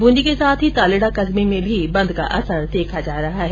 बूंदी के साथ ही तालेडा कस्बे में मी बंद का असर देखा जा रहा है